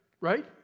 Right